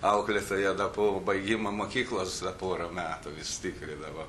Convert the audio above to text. auklėtoja da po baigimo mokyklos da pora metų vis tikrindavo